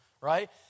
right